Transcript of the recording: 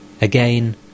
Again